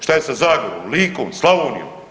Šta je sa Zagorom, Likom, Slavonijom?